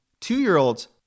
Two-year-olds